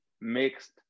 mixed